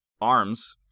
arms